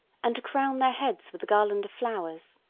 and to crown their heads with a garland of flowers.